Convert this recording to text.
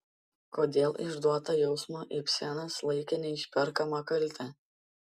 kodėl išduotą jausmą ibsenas laikė neišperkama kalte